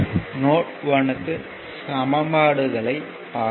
note 1 க்கு சமன்பாடுகளைப் பார்த்தோம்